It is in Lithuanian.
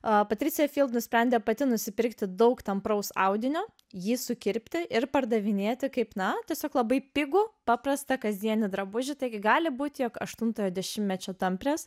patricija nusprendė pati nusipirkti daug tampraus audinio jį sukirpti ir pardavinėti kaip na tiesiog labai pigų paprastą kasdienį drabužį taigi gali būti jog aštuntojo dešimtmečio tampres